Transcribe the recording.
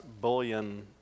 Bullion